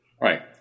Right